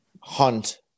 Hunt